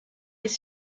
les